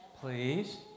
please